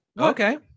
Okay